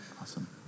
Awesome